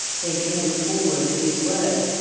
they came forward at his word,